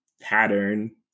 pattern